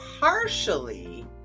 partially